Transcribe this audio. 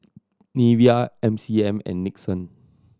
Nivea M C M and Nixon